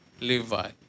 Levi